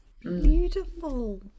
beautiful